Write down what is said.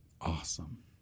Awesome